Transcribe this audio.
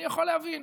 אני יכול להבין,